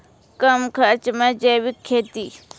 कम खर्च मे जैविक खेती?